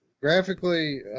graphically